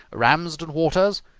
ramsden waters,